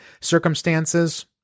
circumstances